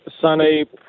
sunny